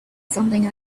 something